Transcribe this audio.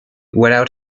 without